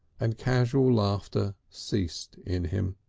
and casual laughter ceased in him.